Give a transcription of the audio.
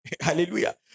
Hallelujah